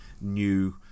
new